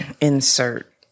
insert